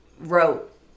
wrote